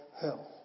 hell